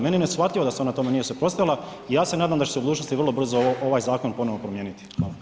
Meni je neshvatljivo da se ona tome nije suprotstavila i ja se nadam da će se u budućnosti vrlo brzo ovaj zakon ponovno promijeniti.